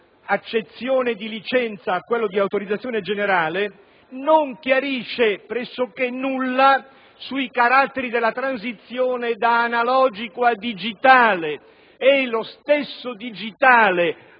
accezione di "licenza" a quella di "autorizzazione generale", non chiarisce pressoché nulla sui caratteri della transizione da analogico a digitale; lo stesso digitale,